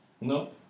No